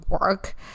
work